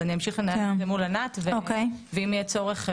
ולכן אני אמשיך לנהל את זה מול ענת ואם יהיה צורך,